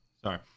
Sorry